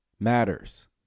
matters